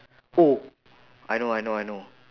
oh I know I know I know